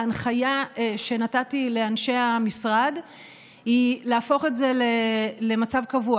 ההנחיה שנתתי לאנשי המשרד היא להפוך את זה למצב קבוע.